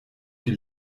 die